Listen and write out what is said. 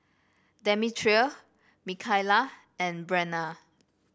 Demetria Mikaila and Brenna